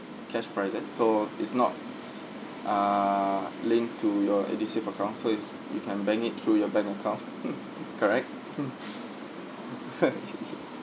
cash prizes so it's not ah linked to your edusave account so it's you can bank it through your bank account correct